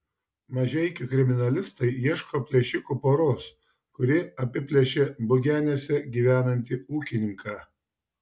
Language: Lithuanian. mažeikių kriminalistai ieško plėšikų poros kuri apiplėšė bugeniuose gyvenantį ūkininką